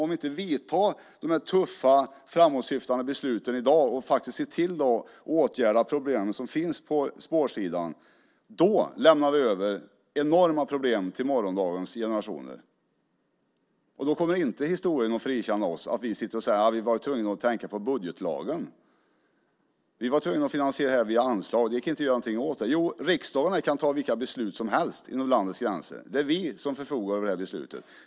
Om vi nu inte fattar de tuffa och framåtsyftande besluten och ser till att problemen på spårsidan åtgärdas lämnar vi över enorma problem till kommande generationer. Då kommer inte historien att frikänna oss för att vi säger att vi var tvungna att tänka på budgetlagen, att vi var tvungna att finansiera via anslag och att det inte gick att göra något åt det. Jo, riksdagen kan fatta vilka beslut som helst inom landets gränser. Det är vi som förfogar över det här beslutet.